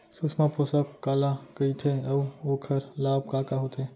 सुषमा पोसक काला कइथे अऊ ओखर लाभ का का होथे?